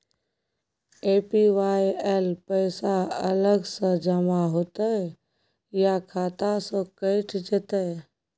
APY ल पैसा अलग स जमा होतै या खाता स कैट जेतै?